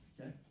Okay